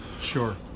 Sure